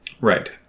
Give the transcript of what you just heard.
Right